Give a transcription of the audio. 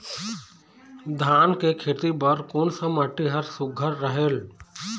धान के खेती बर कोन सा माटी हर सुघ्घर रहेल?